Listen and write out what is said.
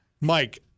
mike